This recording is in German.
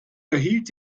erhielt